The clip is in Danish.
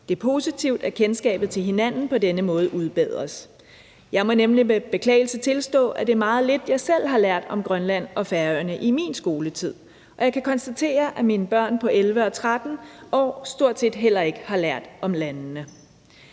Det er positivt, at kendskabet til hinanden på denne måde udbedres. Jeg må nemlig med beklagelse tilstå, at det er meget lidt, jeg selv har lært om Grønland og Færøerne i min skoletid, og jeg kan konstatere, at mine børn på 11 og 13 år stort set heller ikke har lært om landene.